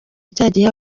cyagihe